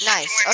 Nice